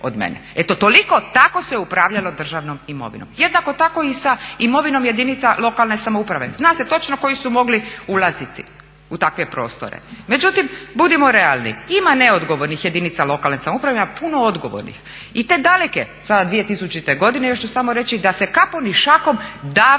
Eto toliko, tako se upravljalo državnom imovinom. Jednako tako i sa imovinom jedinica lokalne samouprave. Zna se točno koji su mogli ulaziti u takve prostore. Međutim budimo realni, ima neodgovornih jedinica lokalne samouprave, ima puno odgovornih. I te daleke sada 2000. još ću samo reći da se kapom i šakom davala